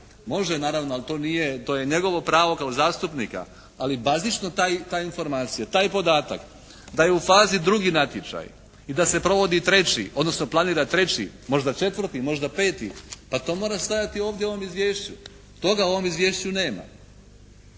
može naravno ali to nije, to je njegovo pravo kao zastupnika ali pazi što ta informacija, taj podatak da je u fazi drugi natječaj i da se provodi i treći odnosno planira treći, možda četvrti, možda peti pa to mora stajati ovdje u ovom izvješću. Toga u ovom izvješću nema.